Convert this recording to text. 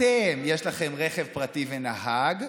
אתם, יש לכם רכב פרטי ונהג.